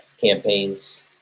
campaigns